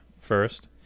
first